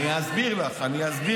אני אסביר לך.